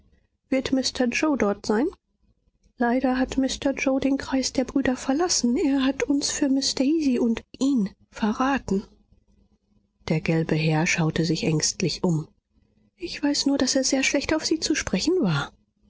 wird mr yoe dort sein leider hat mr yoe den kreis der brüder verlassen er hat uns für miß daisy und ihn verraten der gelbe herr schaute sich ängstlich um ich weiß nur daß er sehr schlecht auf sie zu sprechen war